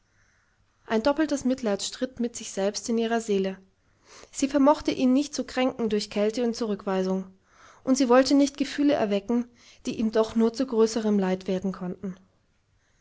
ein doppeltes mitleid stritt mit sich selbst in ihrer seele sie vermochte ihn nicht zu kränken durch kälte und zurückweisung und sie wollte nicht gefühle erwecken die ihm doch nur zu größerem leid werden konnten